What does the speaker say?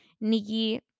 Nikki